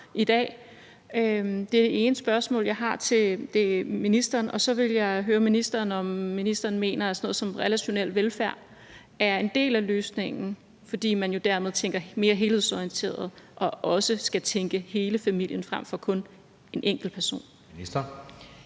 Det er det ene spørgsmål, jeg har til ministeren. Så vil jeg høre ministeren, om hun mener, at sådan noget som relationel velfærd er en del af løsningen, fordi man jo dermed tænker mere helhedsorienteret og også skal indtænke hele familien frem for kun en enkelt person.